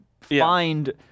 find